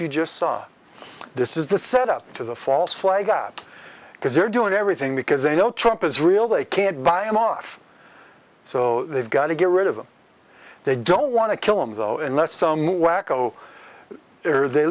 you just saw this is the set up to the false flag up because they're doing everything because they know trump is real they can't buy him off so they've got to get rid of him they don't want to kill him though unless some wacko there they